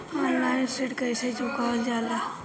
Online ऋण कईसे चुकावल जाला?